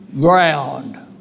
ground